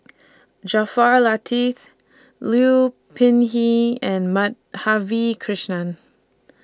Jaafar Latiff Liu Peihe and Madhavi Krishnan